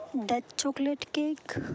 dutch chocolate cake